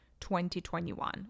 2021